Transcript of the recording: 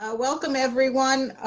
ah welcome everyone.